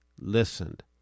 listened